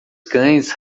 cães